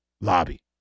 lobby